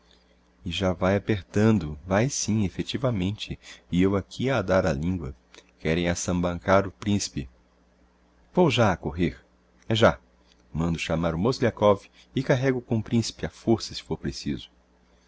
e já vae apertando vae sim effectivamente e eu aqui a dar á lingua querem açambarcar o principe vou já a correr é já mando chamar o mozgliakov e carrégo com o principe á força se fôr preciso